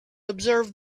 observe